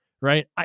right